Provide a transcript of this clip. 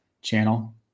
channel